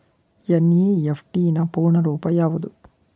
NEFT ನ ಪೂರ್ಣ ರೂಪ ಯಾವುದು?